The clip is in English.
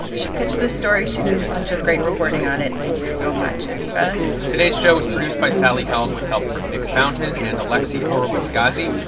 she pitched this story. she did a bunch of great reporting on it. thank you so much, aviva today's show was produced by sally helm with help from nick fountain and alexi horowitz-ghazi.